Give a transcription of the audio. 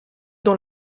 dans